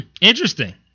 Interesting